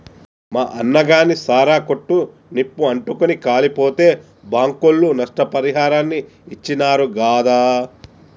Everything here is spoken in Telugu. మా అన్నగాని సారా కొట్టు నిప్పు అంటుకుని కాలిపోతే బాంకోళ్లు నష్టపరిహారాన్ని ఇచ్చినారు గాదా